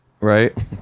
Right